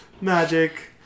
Magic